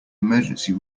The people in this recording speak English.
emergency